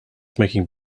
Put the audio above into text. making